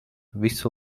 visu